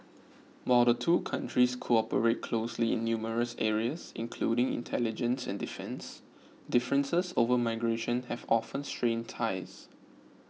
while the two countries cooperate closely in numerous areas including intelligence and defence differences over migration have often strained ties